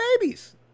babies